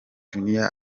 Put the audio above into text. junior